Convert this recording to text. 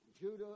Judah